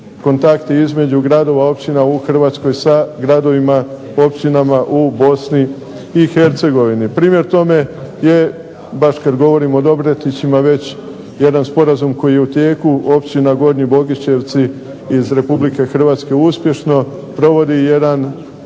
između gradova, općina u Hrvatskoj sa gradovima i općinama u BiH. Primjer tome je baš kada govorim o Dobretićima jedan sporazum koji je u tijeku Općina Gornji Bogićevci iz RH uspješno provodi jedan